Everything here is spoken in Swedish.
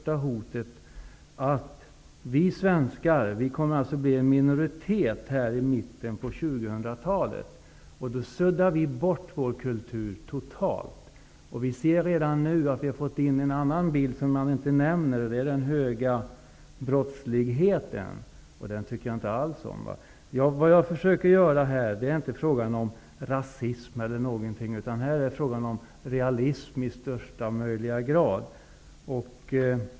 Vi svenskar kommer att bli en minoritet i mitten av 2000-talet. Då hotas vår kultur att suddas bort totalt. Redan nu kan man se en annan sida av saken som inte omnämns, nämligen den höga brottsligheten. Den tycker jag inte alls om. Det här är inte fråga om rasism eller någonting sådant, utan det är fråga om realism i allra högsta grad.